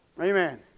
Amen